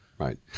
Right